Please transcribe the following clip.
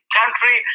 country